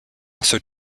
also